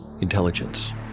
Intelligence